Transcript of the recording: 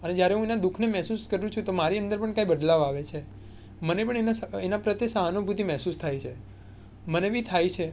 અને જ્યારે હું એના દુઃખને મહેસૂસ કરું છું તો મારી અંદર પણ કાંઈ બદલાવ આવે છે મને પણ એના પ્રત્યે સહાનુભૂતિ મહેસૂસ થાય છે મને બી થાય છે